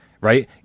right